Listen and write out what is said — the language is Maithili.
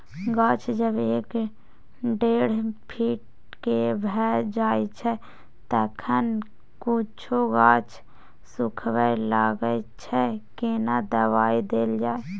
गाछ जब एक डेढ फीट के भ जायछै तखन कुछो गाछ सुखबय लागय छै केना दबाय देल जाय?